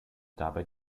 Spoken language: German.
dabei